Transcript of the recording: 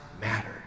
mattered